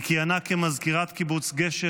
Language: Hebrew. היא כיהנה כמזכירת קיבוץ גשר